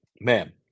Man